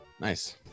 nice